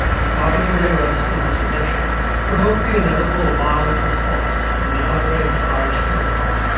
arbitrary arrest and dispossession provoked the inevitable violent response from the outraged irish peasantry.